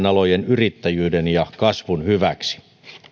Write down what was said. alojen yrittäjyyden ja kasvun hyväksi